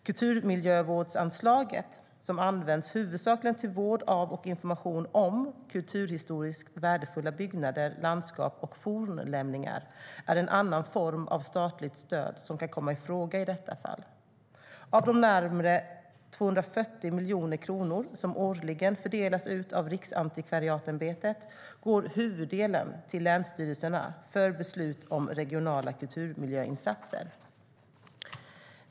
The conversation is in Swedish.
Kulturmiljövårdsanslaget, som huvudsakligen används till vård av och information om kulturhistoriskt värdefulla byggnader, landskap och fornlämningar, är en annan form av statligt stöd som kan komma i fråga i detta fall. Av de närmare 240 miljoner kronor som årligen fördelas ut av Riksantikvarieämbetet går huvuddelen till länsstyrelserna för beslut om regionala kulturmiljöinsatser.